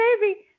baby